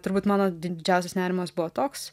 turbūt mano didžiausias nerimas buvo toks